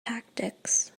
tactics